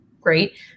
great